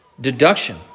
deduction